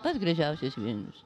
pats gražiausias vilnius